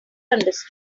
understood